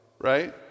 right